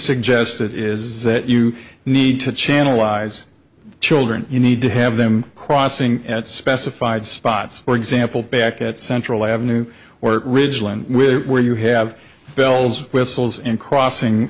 suggested is that you need to channelize children you need to have them crossing at specified spots for example back at central avenue or ridgeland with where you have bells whistles and crossing